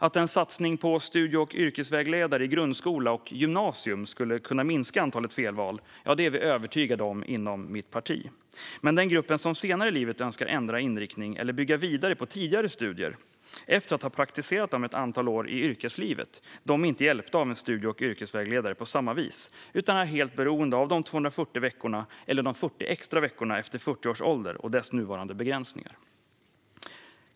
Att en satsning på studie och yrkesvägledare i grundskola och gymnasium skulle kunna minska antalet felval är vi övertygade om inom mitt parti. Men den grupp människor som senare i livet önskar ändra inriktning eller bygga vidare på tidigare studier efter att ha praktiserat ett antal år i yrkeslivet är inte hjälpta av en studie och yrkesvägledare på samma vis. De är helt beroende av de 240 veckorna eller de 40 extra veckorna efter 40 års ålder med de nuvarande begränsningarna.